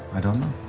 i don't